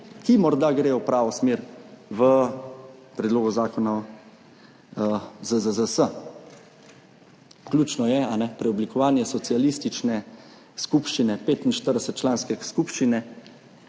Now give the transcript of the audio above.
ki morda gredo v pravo smer, v predlogu zakona o ZZZS. Ključno je preoblikovanje socialistične skupščine, 45-članske skupščine,